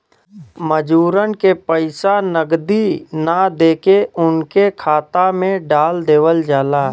मजूरन के पइसा नगदी ना देके उनके खाता में डाल देवल जाला